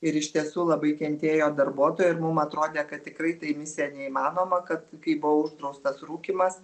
ir iš tiesų labai kentėjo darbuotojai ir mum atrodė kad tikrai tai misija neįmanoma kad kai buvo uždraustas rūkymas